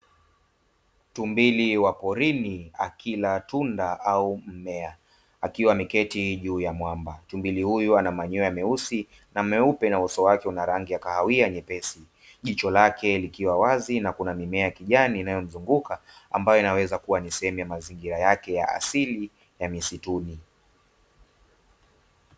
Tumbili wa porini akila tunda au mmea, akiwa ameketi juu ya mwamba. Tumbili huyu ana manyua meusi na meupe na uso wake una rangi ya kahawia nyepesi, jicho lake likiwa wazi na kuna mimea ya kijani inayomzunguka ambayo inaweza kuwa ni sehemu ya mazingira yake ya asili ya misituni.